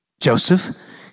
Joseph